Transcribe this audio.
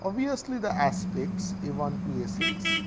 obviously the aspects a one to a a six,